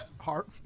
Heart